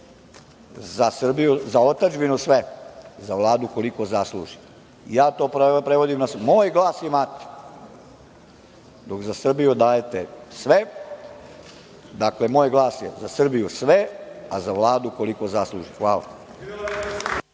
za otadžbinu sve, za Vladu koliko zasluži. Prevodim to, moj glas imate, dok za Srbiju dajete sve, dakle, moj glas je za Srbiju sve, a za Vladu koliko zasluži. Hvala.